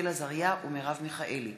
רחל עזריה ומרב מיכאלי